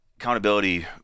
accountability